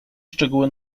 szczegóły